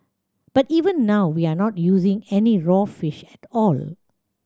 but even now we are not using any raw fish at all